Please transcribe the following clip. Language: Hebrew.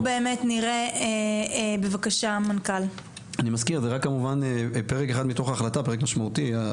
אני מזכיר, זה רק כמובן פרק אחד, החינוך.